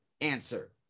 answer